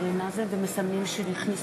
מצביע יולי יואל אדלשטיין, מצביע